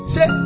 Say